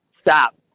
stop